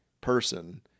person